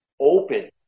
open